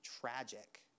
tragic